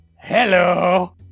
Hello